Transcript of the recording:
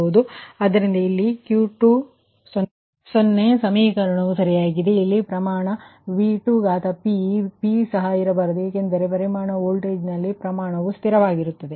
ಆದ್ದರಿಂದ ಇಲ್ಲಿ Q20 ಸಮೀಕರಣವು ಸರಿಯಾಗಿರುತ್ತದೆ ಇಲ್ಲಿ ಪರಿಮಾಣ V2p ದಲ್ಲಿ p ಸಹ ಇರಬಾರದು ಏಕೆಂದರೆ ಪರಿಮಾಣದ ವೋಲ್ಟೇಜ್ ನಲ್ಲಿ ಪ್ರಮಾಣವು ಸ್ಥಿರವಾಗಿರುತ್ತದೆ